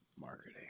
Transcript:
Marketing